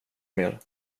mer